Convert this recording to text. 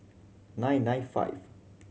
nine nine five